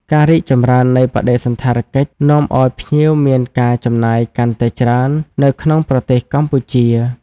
ការរីកចម្រើននៃបដិសណ្ឋារកិច្ចនាំឲ្យភ្ញៀវមានការចំណាយកាន់តែច្រើននៅក្នុងប្រទេសកម្ពុជា។